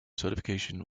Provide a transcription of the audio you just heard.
certification